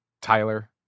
Tyler